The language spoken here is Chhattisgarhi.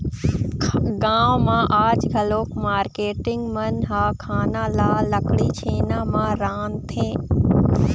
गाँव म आज घलोक मारकेटिंग मन ह खाना ल लकड़ी, छेना म रांधथे